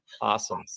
Awesome